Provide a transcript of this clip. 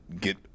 get